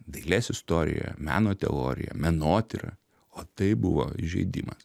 dailės istorijoje meno teorija menotyra o tai buvo įžeidimas